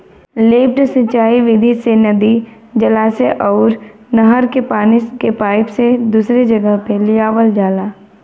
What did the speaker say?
lift सिंचाई विधि से नदी, जलाशय अउर नहर के पानी के पाईप से दूसरी जगह पे लियावल जाला